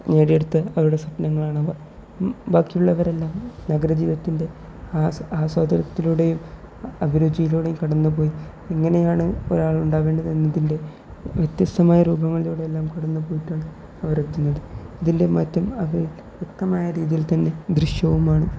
നേടിയെടുത്ത് അവരുടെ സ്വപ്നങ്ങളാണ് ബാക്കിയുള്ളവരെല്ലാം നഗര ജീവിതത്തിൻ്റെ ആ ആസ്വാദനത്തിലൂടെയും അഭിരുചിയിലൂടെയും കടന്നു പോയി എങ്ങനെയാണ് ഒരാളുണ്ടാകേണ്ടത് ഇതിൻ്റെ വ്യത്യസ്തമായ രൂപങ്ങളിലൂടെയെല്ലാം കടന്നു പോയിട്ടാണ് അവർ എത്തുന്നത് ഇതിൻ്റെ മറ്റും അവരിൽ വ്യക്തമായ രീതിയിൽ തന്നെ ദൃശ്യവുമാണ്